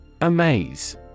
Amaze